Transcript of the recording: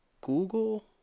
Google